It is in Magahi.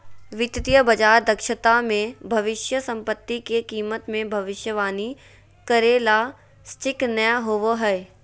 वित्तीय बाजार दक्षता मे भविष्य सम्पत्ति के कीमत मे भविष्यवाणी करे ला सटीक नय होवो हय